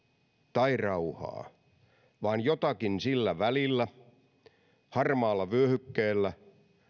tai rauhaa vaan jotakin sillä välillä harmaalla vyöhykkeellä